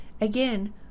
Again